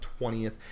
20th